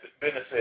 benefit